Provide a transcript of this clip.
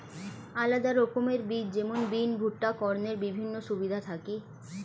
আলাদা রকমের বীজ যেমন বিন, ভুট্টা, কর্নের বিভিন্ন সুবিধা থাকি